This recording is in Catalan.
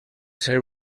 ser